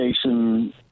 station